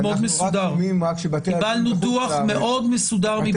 קיבלנו דוח מאוד מסודר.